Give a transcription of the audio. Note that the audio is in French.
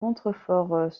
contreforts